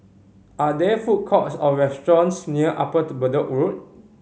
are there food courts or restaurants near Upper Bedok Road